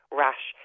rash